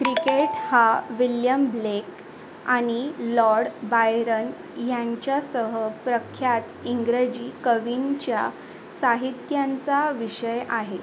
cricket हा William Blake आणि lord Byron यांच्यासह प्रख्यात इंग्रजी कवींच्या साहित्यांचा विषय आहे